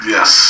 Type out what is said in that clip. Yes